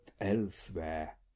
elsewhere